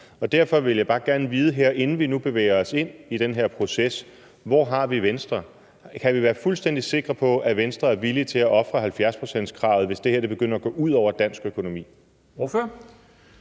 og derfor vil jeg bare gerne vide her, inden vi nu bevæger os ind i den her proces, hvor vi har Venstre. Kan vi være fuldstændig sikre på, at Venstre er villige til at ofre 70-procentskravet, hvis det her begynder at gå ud over dansk økonomi?